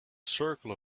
circle